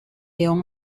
león